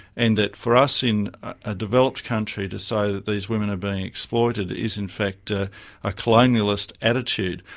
and that for us in a developed country to say that these women are being exploited is in fact ah a colonialist attitude,